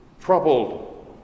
Troubled